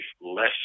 less